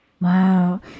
Wow